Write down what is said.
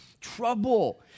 trouble